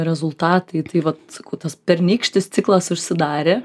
rezultatai taip vat sakau tas pernykštis ciklas užsidarė